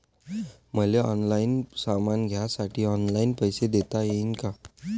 मले ऑनलाईन सामान घ्यासाठी ऑनलाईन पैसे देता येईन का?